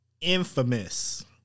infamous